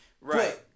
right